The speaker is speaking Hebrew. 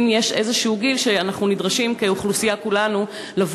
האם יש גיל כלשהו שבו אנחנו נדרשים,